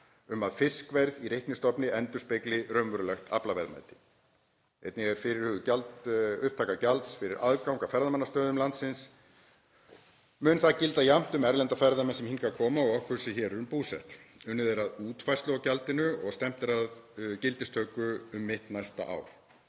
um að fiskverð í reiknistofni endurspegli raunverulegt aflaverðmæti. Einnig er fyrirhuguð upptaka gjalds fyrir aðgang að ferðamannastöðum landsins. Mun það gilda jafnt um erlenda ferðamenn sem hingað koma og okkur sem hér erum búsett. Unnið er að útfærslu á gjaldinu og stefnt að gildistöku um mitt næsta ár.